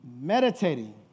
Meditating